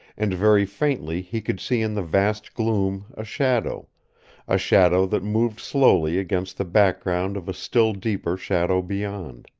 and very faintly he could see in the vast gloom a shadow a shadow that moved slowly against the background of a still deeper shadow beyond.